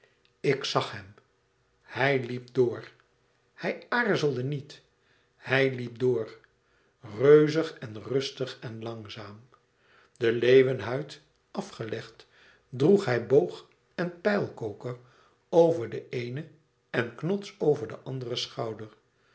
ik zag hem hij liep door hij aarzelde niet hij liep door reuzig en rustig en langzaam de leeuwenhuid af gelegd droeg hij boog en pijlkoker over den eenen en knots over den anderen schouder